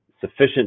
sufficient